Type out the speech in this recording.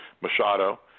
Machado